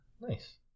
Nice